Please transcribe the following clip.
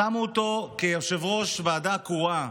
שמו אותו כיושב-ראש ועדה קרואה,